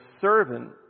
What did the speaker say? servant